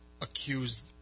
accused